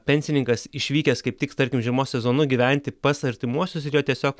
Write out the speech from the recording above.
pensininkas išvykęs kaip tik tarkim žiemos sezonu gyventi pas artimuosius ir jo tiesiog